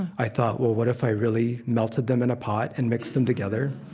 i thought, well what if i really melted them in a pot and mixed them together?